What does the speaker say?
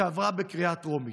והיא עברה בקריאה טרומית.